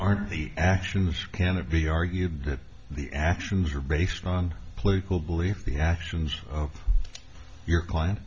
aren't the actions can it be argued that the actions are based on political belief the actions of your client